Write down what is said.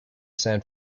san